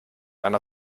einer